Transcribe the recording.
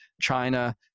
China